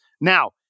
Now